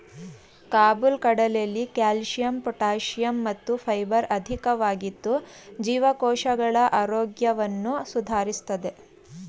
ಕಾಬುಲ್ ಕಡಲೆಲಿ calcium potassium ಮತ್ತು fibre ಅಧಿಕವಾಗಿದ್ದು ಜೀವಕೋಶಗಳ ಆರೋಗ್ಯವನ್ನು ಸುಧಾರಿಸ್ತದೆ